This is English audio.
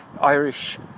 Irish